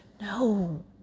No